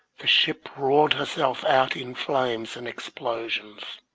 the ship roared herself out in flames and explosions